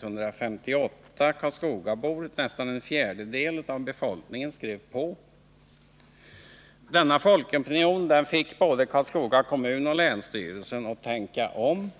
158 karlskogabor — nästan en fjärdedel av befolkningen — skrev på. Denna folkopinion fick både Karlskoga kommun och länsstyrelsen att tänka om.